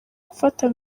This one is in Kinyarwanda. gufata